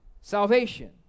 salvation